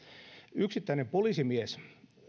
yksittäinen poliisimies